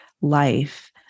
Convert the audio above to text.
life